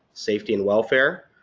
safety and welfare,